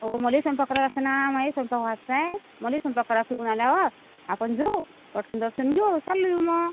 हो मले इ स्वयंपाक कराय असते ना मले इ स्वयंपाक वायचाय मले ही स्वयंपाक करायचा तिकून आल्यावर आपन जऊ पटकन दर्शन घ्यू चाललं यू मग